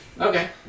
Okay